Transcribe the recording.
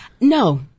No